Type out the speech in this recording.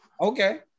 Okay